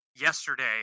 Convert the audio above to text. yesterday